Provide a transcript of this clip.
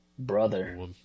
brother